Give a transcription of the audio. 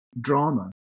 drama